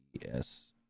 Yes